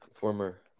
Former